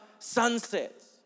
sunsets